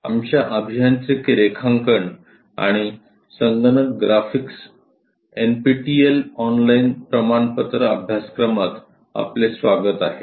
आमच्या अभियांत्रिकी रेखांकन आणि संगणक ग्राफिक्स एनपीटीएल ऑनलाइन प्रमाणपत्र अभ्यासक्रमात आपले स्वागत आहे